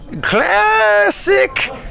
Classic